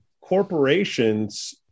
corporations